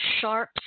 sharp